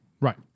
right